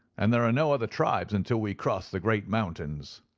and there are no other tribes until we cross the great mountains.